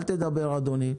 אל תדבר אדוני.